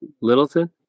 Littleton